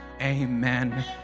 Amen